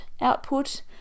output